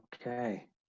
Okay